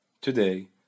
Today